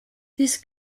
this